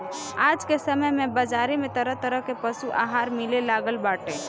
आज के समय में बाजारी में तरह तरह के पशु आहार मिले लागल बाटे